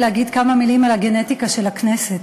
להגיד כמה מילים על הגנטיקה של הכנסת.